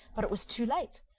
but it was too late.